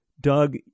Doug